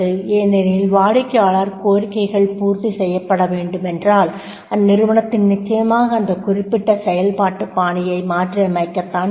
ஏனெனில் வாடிக்கையாளர் கோரிக்கைகள் பூர்த்தி செய்யப்பட வேண்டுமென்றால் அந்நிறுவனம் நிச்சயமாக அந்த குறிப்பிட்ட செயல்பாட்டுப் பாணியை மாற்றியமைக்கத்தான் வேண்டும்